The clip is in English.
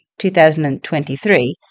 2023